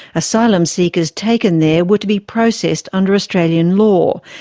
asylum seekers taken there were to be processed under australian law,